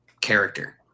character